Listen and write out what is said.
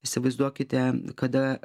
įsivaizduokite kada